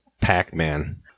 Pac-Man